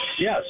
Yes